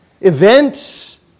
events